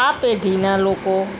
આ પેઢીના લોકો